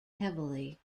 heavily